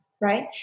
right